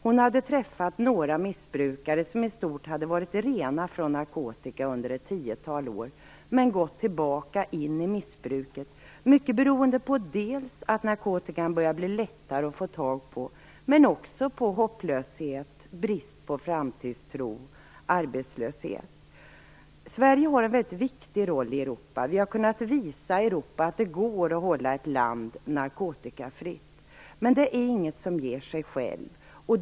Hon hade träffat några missbrukare som i stort hade varit rena från narkotika under ett tiotal år, men gått tillbaka in i missbruket mycket beroende på dels att narkotikan börjat bli lättare att få tag på, dels hopplöshet, brist på framtidstro och arbetslöshet. Sverige har en mycket viktig roll i Europa. Vi har kunnat visa att det går att hålla ett land narkotikafritt. Men det är inget som ger sig självt.